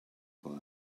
flag